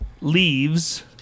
leaves